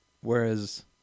whereas